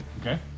Okay